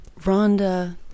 Rhonda